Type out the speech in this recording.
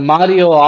Mario